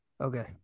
Okay